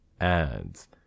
ads